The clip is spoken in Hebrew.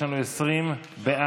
יש לנו 20 בעד,